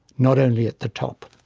not only at the top.